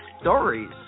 stories